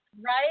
right